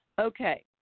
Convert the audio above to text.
Okay